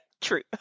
true